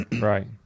Right